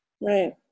right